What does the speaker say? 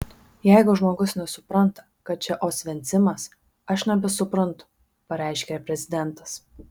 jeigu žmogus nesupranta kad čia osvencimas aš nebesuprantu pareiškė prezidentas